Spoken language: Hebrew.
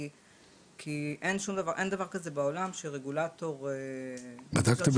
כי אין דבר כזה בעולם שרגולטור- -- בדקתם